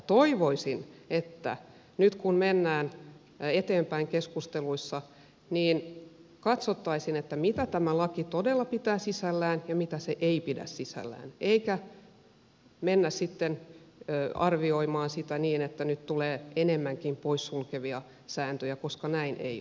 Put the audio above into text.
toivoisin että nyt kun menemme eteenpäin keskusteluissa katsoisimme mitä tämä laki todella pitää sisällään ja mitä se ei pidä sisällään emmekä mene sitten arvioimaan sitä niin että nyt tulee enemmänkin poissulkevia sääntöjä koska näin ei ole